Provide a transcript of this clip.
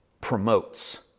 promotes